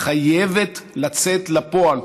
חייבת לצאת לפועל,